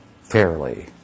fairly